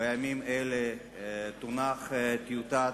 בימים אלה תונח טיוטת,